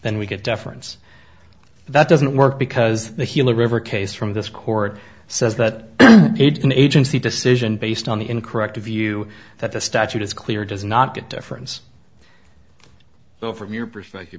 then we get deference that doesn't work because the healer river case from this court says that it an agency decision based on the incorrect view that the statute is clear does not get difference though from your perspective